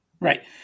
Right